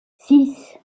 six